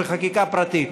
זה חקיקה פרטית.